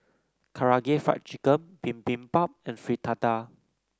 Karaage Fried Chicken Bibimbap and Fritada